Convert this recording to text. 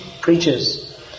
preachers